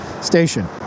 Station